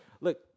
Look